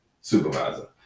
supervisor